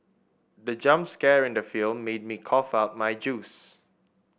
the jump scare in the film made me cough out my juice